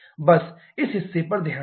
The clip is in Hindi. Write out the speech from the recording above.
बस इस हिस्से पर ध्यान दें